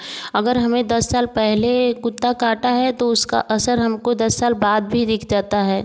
अगर हमें दस साल पहले कुत्ता काटा है तो उसका असर हमको दस साल बाद भी दिख जाता है